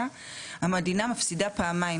המדינה מפסידה פעמיים,